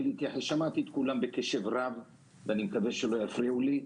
שמעתי את כולם בקשב רב ואני מקווה שלא יפריעו לי.